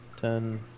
ten